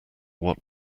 what